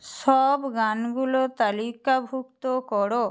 সব গানগুলো তালিকাভুক্ত করো